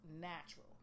natural